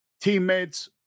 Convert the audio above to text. teammates